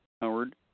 Howard